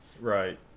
Right